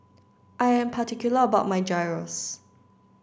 I am particular about my Gyros